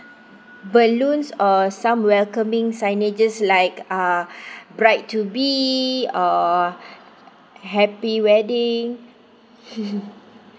balloons or some welcoming signage like uh bride to be or happy wedding